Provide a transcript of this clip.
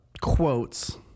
quotes